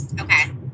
Okay